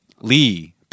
Lee